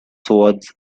swords